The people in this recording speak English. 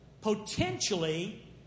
Potentially